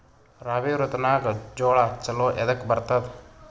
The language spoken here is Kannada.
ರಾಬಿ ಋತುನಾಗ್ ಜೋಳ ಚಲೋ ಎದಕ ಬರತದ?